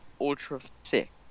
ultra-thick